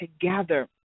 together